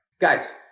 guys